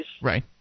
Right